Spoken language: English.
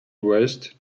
west